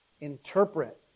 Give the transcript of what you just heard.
interpret